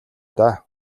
даа